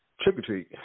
Trick-or-treat